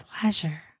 pleasure